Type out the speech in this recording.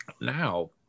Now